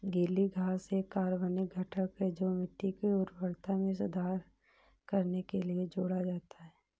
गीली घास एक कार्बनिक घटक है जो मिट्टी की उर्वरता में सुधार करने के लिए जोड़ा जाता है